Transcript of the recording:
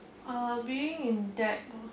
uh being in debt